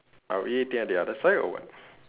are we eating at the other side or what